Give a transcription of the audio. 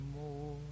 more